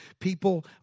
People